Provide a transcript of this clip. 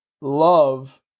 love